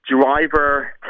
driver